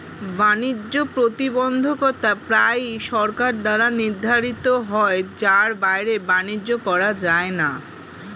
বাণিজ্য প্রতিবন্ধকতা প্রায়ই সরকার দ্বারা নির্ধারিত হয় যার বাইরে বাণিজ্য করা যায় না